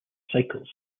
cycles